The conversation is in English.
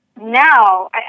now